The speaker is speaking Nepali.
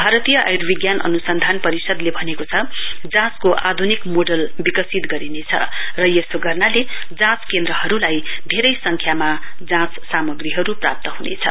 भातीय आयर्विज्ञान अन्सन्धान परिषदले भनेको छ जाँचको आध्रनिक मोडल विकसित गरिनेछ र यसो गर्नाले जाँच केन्द्रहरूलाई धेरै संख्यामा जाँच सामग्रीहरूले प्राप्त हुनेछ